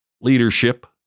leadership